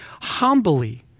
humbly